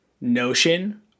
notion